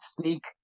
sneak